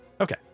Okay